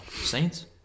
Saints